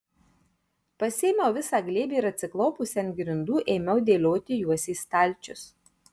pasiėmiau visą glėbį ir atsiklaupusi ant grindų ėmiau dėlioti juos į stalčius